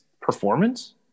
performance